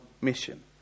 mission